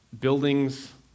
Buildings